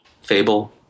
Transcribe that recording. Fable